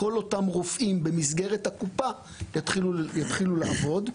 כל אותם רופאים במסגרת הקופה יתחילו לעבוד,